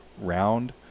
round